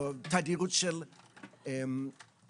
או תדירות של שריפות.